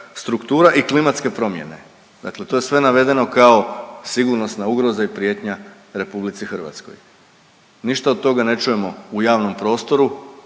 struktura i klimatske promjene, dakle to je sve navedeno kao sigurnosna ugroza i prijetnja RH. Ništa od toga ne čujemo u javnom prostoru